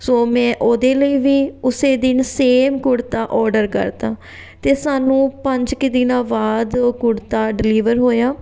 ਸੋ ਮੈਂ ਉਹਦੇ ਲਈ ਵੀ ਉਸੇ ਦਿਨ ਸੇਮ ਕੁੜਤਾ ਔਰਡਰ ਕਰਤਾ ਅਤੇ ਸਾਨੂੰ ਪੰਜ ਕੁ ਦਿਨਾਂ ਬਾਅਦ ਉਹ ਕੁੜਤਾ ਡਿਲੀਵਰ ਹੋਇਆ